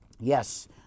Yes